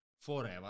forever